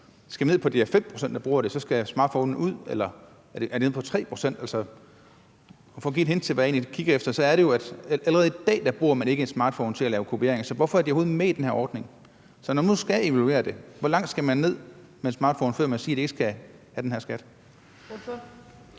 Skal vi ned på 5 pct., der bruger det, før smartphonen skal ud, eller er det nede på 3 pct.? For at give et hint tilbage er det jo sådan, at allerede i dag bruger man ikke en smartphone til kopiering, så hvorfor er den overhovedet med i den her ordning? Så når man nu skal evaluere det, hvor langt skal tallet ned for en smartphone, før man kan sige, at den ikke skal have den her skat?